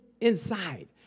inside